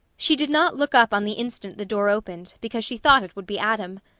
she did not look up on the instant the door opened, because she thought it would be adam.